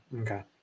Okay